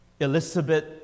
Elizabeth